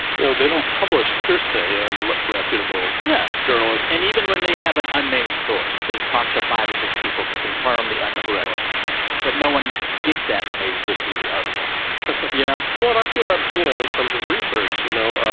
you know, they don't publish hearsay, ah ah reputable yeah journalists and even when they have an unnamed source, they've talked to five or six people to confirm the and source correct but no one gets that when they just read the article you know? well, and i feel that, you know, in terms of research, you know,